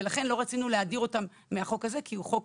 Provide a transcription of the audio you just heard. ולכן לא רצינו להדיר אותם מהחוק הזה כי הוא חוק